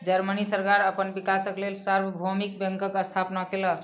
Germany सरकार अपन विकासक लेल सार्वभौमिक बैंकक स्थापना केलक